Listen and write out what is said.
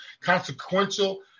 consequential